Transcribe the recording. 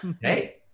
Hey